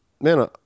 man